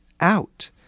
out